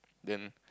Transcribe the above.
then